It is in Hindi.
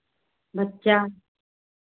बच्चा